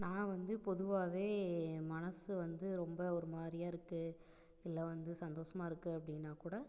நான் வந்து பொதுவாகவே என் மனது வந்து ரொம்ப ஒரு மாதிரியா இருக்குது இல்லை வந்து சந்தோஷமா இருக்குது அப்படினா கூட